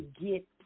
get